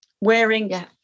wearing